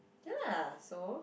ya lah so